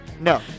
No